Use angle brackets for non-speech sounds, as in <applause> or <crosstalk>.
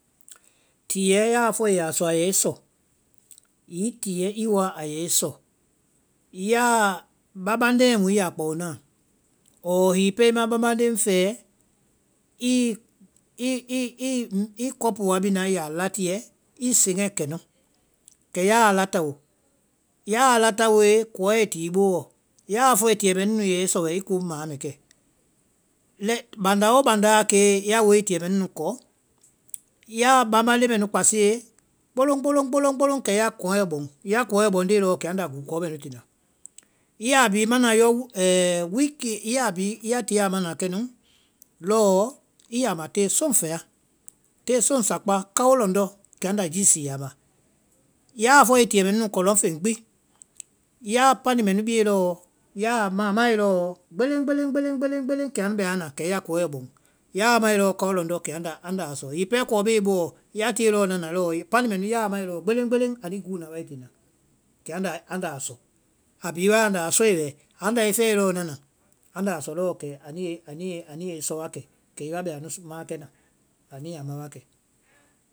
Tiɛɛ ya fɔe i ya sɔ a yɛi sɔ, hiŋi tiɛ i woa a yɛ i sɔ, yaa-babanee mu i ya kpao naã ɔɔ hiŋi pɛɛ i ma babaneɛ fɛɛ, <hesitation> i cɔpu wa bina i yaa la tíɛ i saŋɛ kɛnu, kɛ yaa a la tao, yaa la taoe kɔɛi ti i boɔ, yaa fɔe tiɛ mɛɛ nu nu yɛ i sɔ wɛ i komu ma aa mɛ kɛ. Lɛ- bánda oo bánda a kee ya woe i tiɛ mɛɛ nu kɔ, ya babanee kpasie kpolo. kpolo. kpolo kɛ ya kɔɛ bɔŋ, ya kɔɛ bɔŋnde lɔɔ kɛ anda gúu kɔɔ mɛ nu tina, i ya bhi mana yɔ <hesitation> wiki i ya bhi- ya tie a mana kɛnu lɔɔ i ya ma tee soŋfɛa, tee soŋ sakpa, kao lɔndɔ́ kɛ anda jií sii a ma. Yaa fɔe i tiɛɛ mɛ nu nu kɔ lɔŋ feŋ gbi, ya pani mɛnu bie lɔɔ, ya a maã maãe lɔ gbeleŋ, gbeleŋ, gbeleŋ, gbeleŋ kɛ anu bɛ nana kɛ ya kɔɛ bɔŋ, ya a mae lɔ kao lɔndɔ́ kɛ <hesitation> andaa sɔ, hiŋi pɛɛ kɔɔ bee i bowɔ, ya tie lɔɔ nana lɔɔ ya pani mɛnu ya a maãe lɔɔ gbeleŋ, gbeleŋ anu gúu na wa i tina, kɛ anda <hesitation> anda a sɔ, á bee wae anda a sɔe wɛ, anda i fɛe lɔɔ nana, anda a sɔ kɛ anu yɛ <hesitation> anu yɛi sɔ wa kɛ, kɛ i wa bɛ anu sɔ- maãkɛna, anu ya ma wa kɛ.